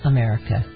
America